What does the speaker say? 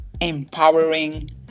empowering